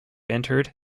entered